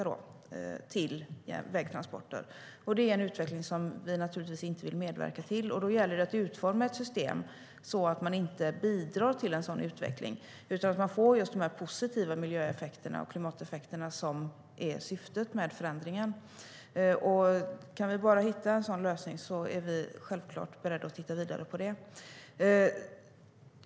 Det är en utveckling som vi naturligtvis inte vill medverka till. Då gäller det att utforma ett system så att man inte bidrar till en sådan utveckling utan att man får just de positiva miljöeffekter och klimateffekter som är syftet med förändringen. Om vi bara kan hitta en sådan lösning är vi självklart beredda att titta vidare på det.